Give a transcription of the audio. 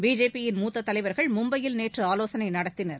பிஜேபியின் மூத்த தலைவர்கள் மும்பையில் நேற்று ஆலோசனை நடத்தினர்